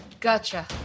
Gotcha